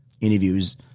interviews –